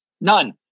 none